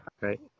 right